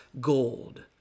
gold